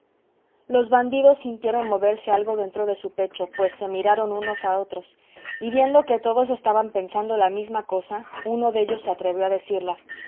los bandidos sintieron moverse algo dentro de su pecho pues se miraron unos a otros y viendo que todos estaban pensando la misma cosa uno de ellos se atrevió a decirla